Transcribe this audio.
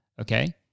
okay